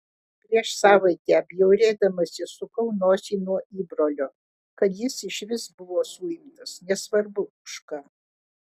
prieš savaitę bjaurėdamasi sukau nosį nuo įbrolio kad jis išvis buvo suimtas nesvarbu už ką